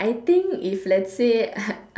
I think if let's say uh